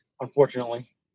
unfortunately